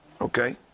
okay